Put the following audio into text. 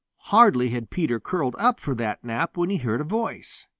hardly had peter curled up for that nap when he heard a voice.